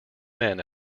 men